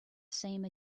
same